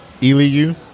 Eliu